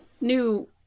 new